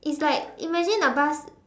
it's like imagine the bus